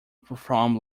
performed